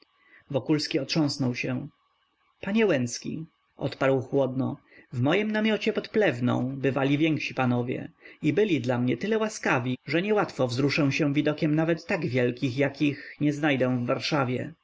tak straszną wokulski otrząsnął się panie łęcki odparł chłodno w moim namiocie pod plewną bywali więksi panowie i byli dla mnie tyle łaskawi że niełatwo wzruszę się widokiem nawet tak wielkich jakich nie znajdę w warszawie